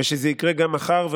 ושזה יקרה גם מחר.